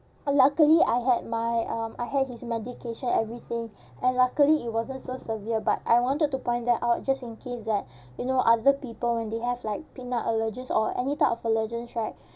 luckily I had my um I had his medication everything and luckily it wasn't so severe but I wanted to point that out just in case that you know other people when they have like peanut allergies or any type of allergens right